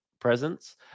presence